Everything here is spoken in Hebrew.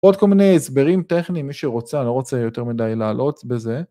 עוד כל מיני הסברים טכניים, מי שרוצה, לא רוצה יותר מדי להלאות בזה.